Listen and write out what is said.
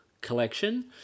collection